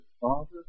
father